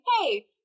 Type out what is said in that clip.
hey